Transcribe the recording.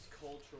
Cultural